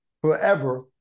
forever